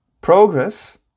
Progress